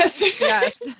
Yes